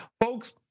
Folks